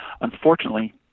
unfortunately